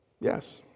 Yes